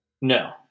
No